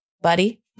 buddy